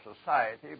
society